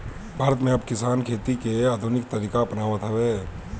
भारत में अब किसान खेती के आधुनिक तरीका अपनावत हवे